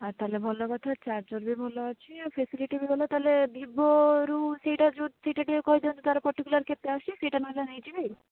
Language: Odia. ଆଉ ତା'ହେଲେ ଭଲ କଥା ଚାର୍ଜର ବି ଭଲ ଅଛି ଫାସିଲିଟି ବି ଭଲ ତା'ହେଲେ ଭିବୋରୁ ସେଇଟା ଯେଉଁ ସେଇଟା ଟିକିଏ କହି ଦିଅନ୍ତୁ ତାର ପଟିକୁଲାର କେତେ ଆସୁଛି ସେଇଟା ନହେଲେ ନେଇଯିବି